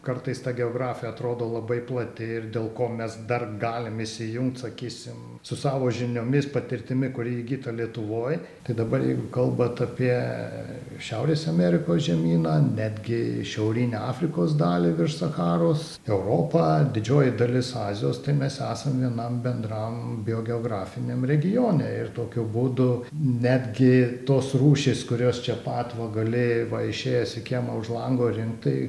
kartais ta geografija atrodo labai plati ir dėl ko mes dar galim įsijungt sakysim su savo žiniomis patirtimi kuri įgyta lietuvoj tai dabar jeigu kalbat apie šiaurės amerikos žemyną netgi šiaurinę afrikos dalį virš sacharos europą didžioji dalis azijos tai mes esam vienam bendram biogeografiniam regione ir tokiu būdu netgi tos rūšys kurios čia pat va gali va išėjęs į kiemą už lango rinkt tai